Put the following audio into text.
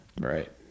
right